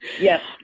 Yes